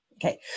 Okay